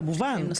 כמובן,